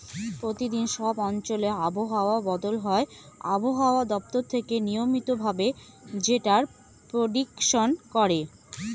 প্রতিদিন সব অঞ্চলে আবহাওয়া বদল হয় আবহাওয়া দপ্তর থেকে নিয়মিত ভাবে যেটার প্রেডিকশন করে